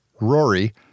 Rory